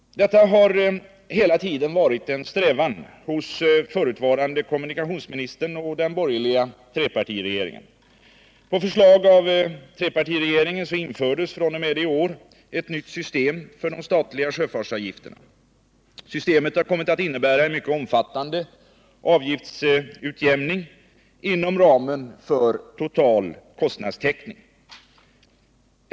Detta har hela tiden varit en strävan hos förutvarande kommunikationsministern och den borgerliga trepartiregeringen. På förslag av trepartiregeringen infördes fr.o.m. i år ett nytt system för de statliga sjöfartsavgifterna. Systemet har kommit att innebära en mycket omfattande avgiftsutjämning inom ramen för total kostnadstäckning.